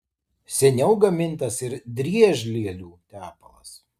seniau gamintas ir driežlielių tepalas